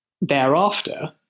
Thereafter